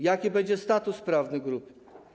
Jaki będzie status prawny grupy?